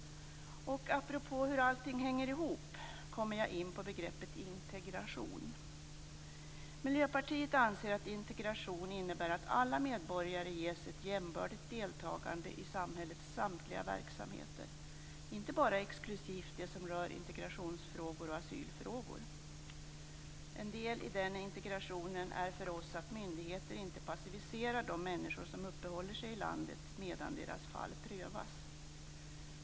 Apropå hur allting hänger ihop, kommer jag in på begreppet integration. Miljöpartiet anser att integration innebär att alla medborgare ges ett jämbördigt deltagande i samhällets samtliga verksamheter, inte bara exklusivt de som rör integrationsfrågor och asylfrågor. En del i denna integration är för oss att myndigheter inte passiviserar de människor som uppehåller sig i landet medan deras fall prövas.